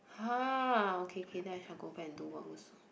!huh! okay okay then I shall go back and do work also